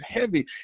heavy